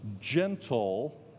gentle